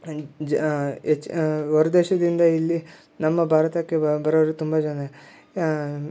ಹೆಚ್ ಹೊರ ದೇಶದಿಂದ ಇಲ್ಲಿ ನಮ್ಮ ಭಾರತಕ್ಕೆ ಬರೋರು ತುಂಬ ಜನ ಯಾ